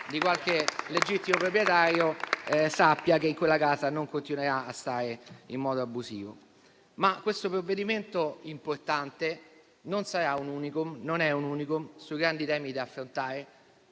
di qualche legittimo proprietario, sappia che in quella casa non continuerà a stare in modo abusivo. Questo provvedimento importante non sarà un *unicum* - a proposito dei grandi temi da affrontare